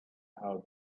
how